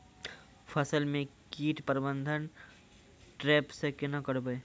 फसल म कीट प्रबंधन ट्रेप से केना करबै?